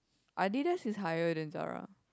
Adidas is higher than Zara